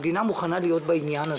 המדינה מוכנה להיות בעניין הזה.